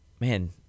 man